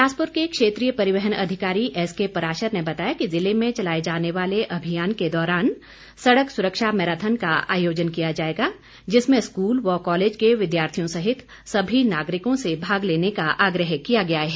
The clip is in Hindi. बिलासपुर के क्षेत्रीय परिवहन अधिकारी एस के पराशर ने बताया कि जिले में चलाए जाने वाले अभियान के दौरान सड़क सुरक्षा मैराथन का आयोजन किया जाएगा जिसमें स्कूल व कॉलेज के विद्यार्थियों सहित सभी नागरिकों से भाग लेने का आग्रह किया गया है